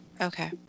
Okay